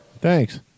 Thanks